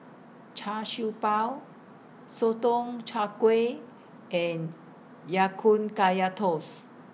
Char Siew Bao Sotong Char Kway and Ya Kun Kaya Toast